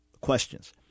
questions